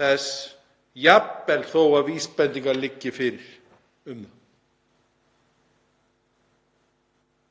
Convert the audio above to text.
þess, jafnvel þó að vísbendingar liggi fyrir um það.